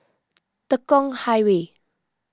Tekong Highway